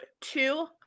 two